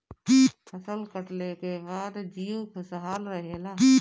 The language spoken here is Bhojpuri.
फसल कटले के बाद जीउ खुशहाल रहेला